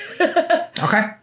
Okay